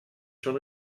schon